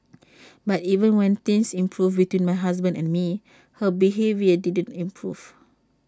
but even when things improved between my husband and me her behaviour didn't improve